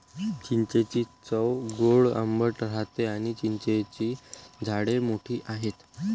चिंचेची चव गोड आंबट राहते आणी चिंचेची झाडे मोठी आहेत